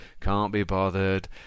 can't-be-bothered